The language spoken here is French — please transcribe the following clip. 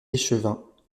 échevin